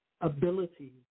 ability